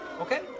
okay